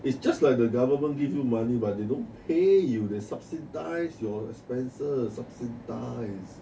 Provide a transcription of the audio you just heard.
it's just like the government give you money but they don't pay you they subsidise your expenses subsidise